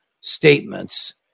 statements